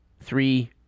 three